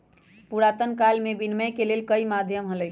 पुरातन काल में विनियम के कई माध्यम हलय